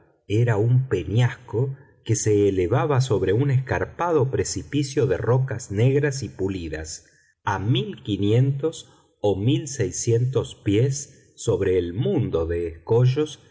era un peñasco que se elevaba sobre un escarpado precipicio de rocas negras y pulidas a mil quinientos o mil seiscientos pies sobre el mundo de escollos